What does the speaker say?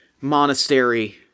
monastery